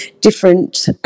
different